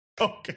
Okay